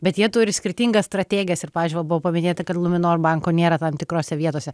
bet jie turi skirtingas strategijas ir pavyzdžiui va buvo paminėta kad luminor banko nėra tam tikrose vietose